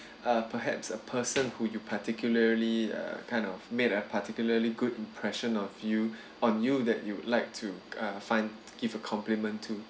uh perhaps a person who you particularly uh kind of made a particularly good impression of you on you that you'd like to find give a compliment to